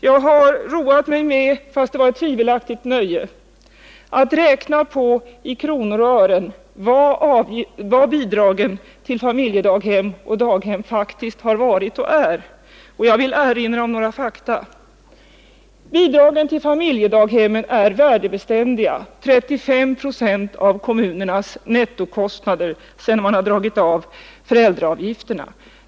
Jag har roat mig med — fastän det var ett tvivelaktigt nöje — att räkna på hur stora bidragen till familjedaghem och daghem faktiskt har varit och är, i kronor och öre, och jag vill erinra om några fakta. Bidraget till familjedaghemmen är värdebeständigt — 35 procent av kommunernas nettokostnader sedan man dragit av föräldraavgifterna.